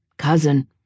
cousin